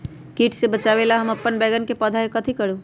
किट से बचावला हम अपन बैंगन के पौधा के कथी करू?